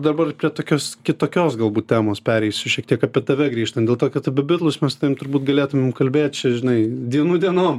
dabar prie tokios kitokios galbūt temos pereisiu šiek tiek apie tave grįžtant dėl to kad apie bitlus mes su tavim turbūt galėtumėm kalbėt čia žinai dienų dienom